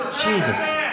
Jesus